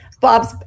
Bob's